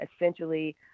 essentially